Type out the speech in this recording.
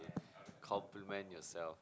to compliment yourself